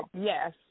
Yes